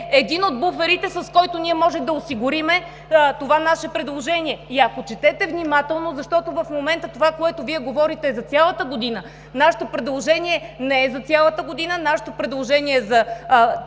един от буферите, с който ние може да осигурим това наше предложение? Ако четете внимателно, защото в момента това, което Вие говорите е за цялата година, нашето предложение не е за цялата година, а за последните